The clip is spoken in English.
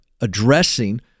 addressing